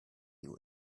you